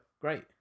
great